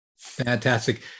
fantastic